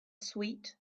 sweet